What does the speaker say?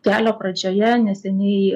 kelio pradžioje neseniai